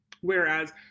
Whereas